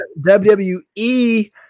WWE